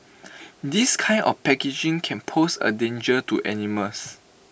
this kind of packaging can pose A danger to animals